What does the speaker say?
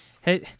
Hey